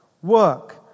Work